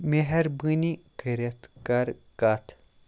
میٚہربٲنی کٔرِتھ کَر کَتھ